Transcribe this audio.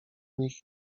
nich